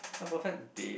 my perfect date